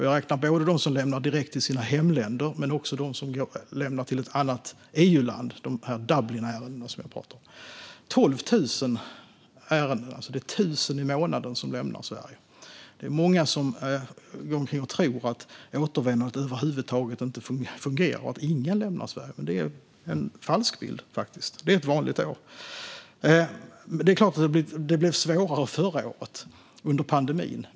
Jag räknar både dem som åker direkt till sina hemländer och dem som åker till ett annat EU-land, alltså de så kallade Dublinärendena som jag talade om. Det är 12 000 ärenden, alltså 1 000 personer i månaden som lämnar Sverige. Det är många som tror att återvändandet över huvud taget inte fungerar och att ingen lämnar Sverige. Det är faktiskt en falsk bild. Mina siffror är från ett vanligt år. Det är klart att återvändandet blev svårare förra året, under pandemin.